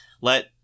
let